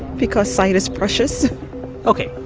because sight is precious ok,